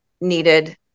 needed